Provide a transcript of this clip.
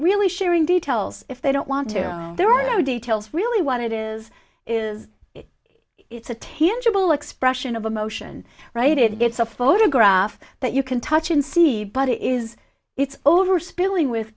really sharing details if they don't want to there are no details really what it is is it's a tangible expression of emotion righted it's a photograph that you can touch and see but it is it's over spilling with